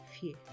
fear